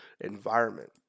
environment